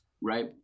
Right